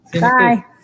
Bye